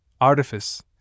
artifice